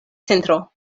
centro